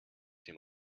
dem